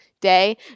day